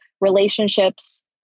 relationships